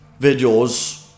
videos